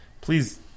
please